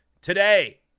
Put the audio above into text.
today